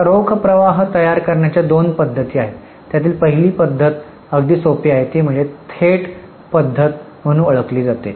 आता रोख प्रवाह तयार करण्याच्या दोन पद्धती आहेत त्यातील पहिली पद्धत अगदी सोपी आहे ती थेट पद्धत म्हणून ओळखली जाते